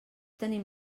tenim